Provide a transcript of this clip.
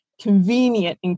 convenient